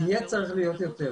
זה יהיה צריך להיות יותר.